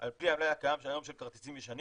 "על פי המלאי הקיים היום של כרטיסים ישנים